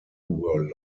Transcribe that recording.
were